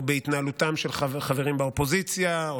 או בהתנהלותם של חברים באופוזיציה או